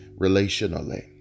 relationally